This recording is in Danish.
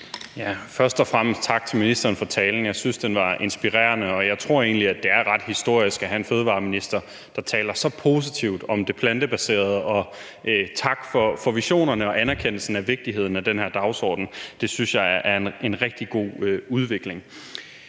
tak til ministeren for talen. Jeg synes, den var inspirerende, og jeg tror egentlig, at det er ret historisk at have en fødevareminister, der taler så positivt om det plantebaserede; tak for visionerne og anerkendelsen af vigtigheden af den her dagsorden. Det synes jeg er en rigtig god udvikling.